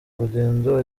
urugendo